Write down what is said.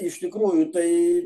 iš tikrųjų tai